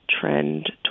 trend